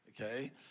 okay